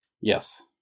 Yes